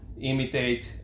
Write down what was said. imitate